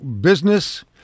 business